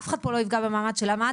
אף אחד פה לא נפגע במעמד של מד"א,